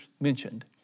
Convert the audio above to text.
mentioned